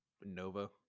Nova